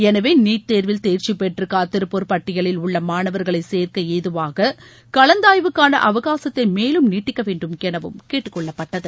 எனவே நீட் தேர்வில் தேர்ச்சி பெற்று காத்திருப்போர் பட்டியலில் உள்ள மாணவர்களை சேர்க்க ஏதுவாக கலந்தாய்வுக்கான அவகாசத்தை மேலும் நீட்டிக்க வேண்டும் எனவும் கேட்டுக்கொள்ளப்பட்டது